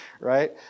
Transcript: right